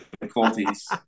difficulties